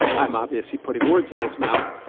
i'm obviously putting words in his mouth.